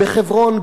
בחברון,